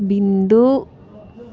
Bindu